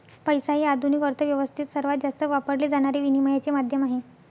पैसा हे आधुनिक अर्थ व्यवस्थेत सर्वात जास्त वापरले जाणारे विनिमयाचे माध्यम आहे